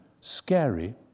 scary